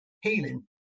healing